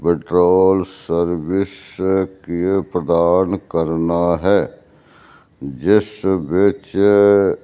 bedroll service ਕਿਵੇਂ ਪ੍ਰਦਾਨ ਕਰਨਾ ਹੈ ਜਿਸ ਵਿੱਚ